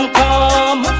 come